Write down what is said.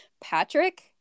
Patrick